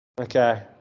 Okay